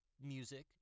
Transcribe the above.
music